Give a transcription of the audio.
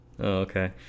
Okay